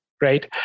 right